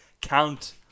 count